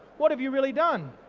what have you really done?